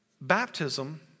baptism